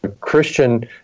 Christian